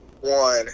One